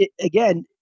again